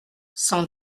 sans